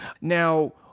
Now